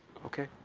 okay.